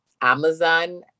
Amazon